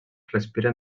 respira